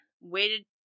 waited